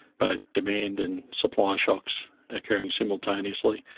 but demand and supply shocks occurring simultaneously.